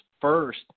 first